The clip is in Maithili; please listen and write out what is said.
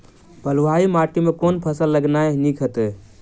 बलुआही माटि मे केँ फसल लगेनाइ नीक होइत?